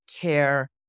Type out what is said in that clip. care